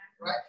right